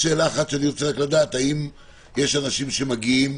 רק - האם יש אנשים שמגיעים